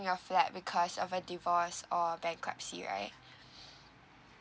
your flat because of a divorce or bankruptcy right